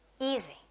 easy